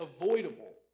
avoidable